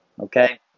Okay